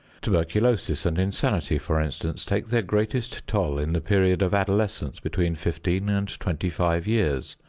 tuberculosis and insanity, for instance, take their greatest toll in the period of adolescence between fifteen and twenty-five years,